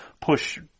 push